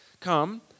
come